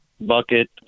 bucket